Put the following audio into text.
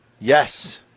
Yes